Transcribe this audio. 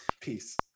Peace